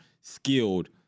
skilled